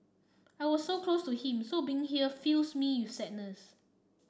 I was so close to him so being here fills me with sadness